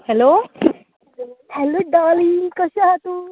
hello hello Dolly कशें हा तूं